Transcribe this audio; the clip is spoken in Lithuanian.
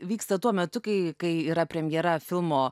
vyksta tuo metu kai kai yra premjera filmo